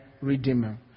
redeemer